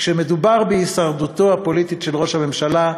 כשמדובר בהישרדותו הפוליטית של ראש הממשלה,